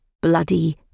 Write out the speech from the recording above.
bloody